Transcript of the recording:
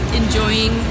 enjoying